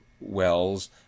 Wells